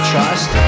Trust